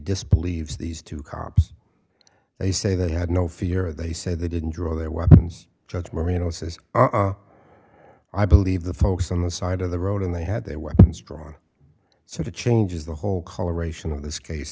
disbelieves these two cops they say they had no fear they said they didn't draw their weapons just marino says i believe the folks on the side of the road and they had their weapons drawn so that changes the whole coloration of this case